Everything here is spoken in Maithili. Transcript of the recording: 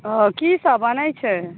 ओ की सब बनै छै